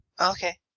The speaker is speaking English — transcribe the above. Okay